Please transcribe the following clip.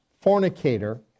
fornicator